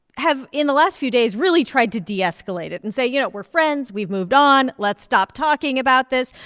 have, in the last few days, really tried to de-escalate it and say, you know, we're friends. we've moved on. let's stop talking about this.